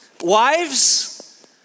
Wives